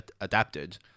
adapted